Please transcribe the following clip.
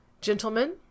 Gentlemen